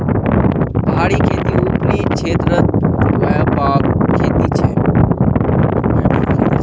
पहाड़ी खेती ऊपरी क्षेत्रत व्यापक खेती छे